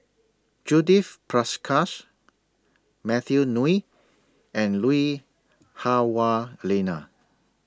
Judith Prakash Matthew Ngui and Lui Hah Wah Elena